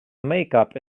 makeup